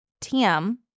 TM